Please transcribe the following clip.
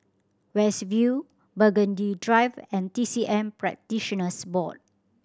West View Burgundy Drive and T C M Practitioners Board